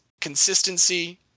consistency